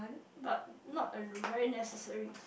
but not a very necessary